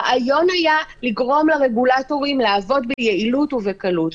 הרעיון היה לגרום לרגולטורים לעבוד ביעילות ובקלות.